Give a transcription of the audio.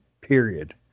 period